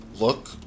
look